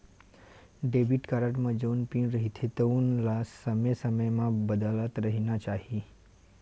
debit card म जउन pin रहिथे तउन ल समे समे म बदलत रहिना चाही